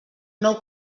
nou